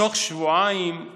תוך שבועיים,